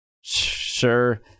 Sure